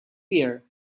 fear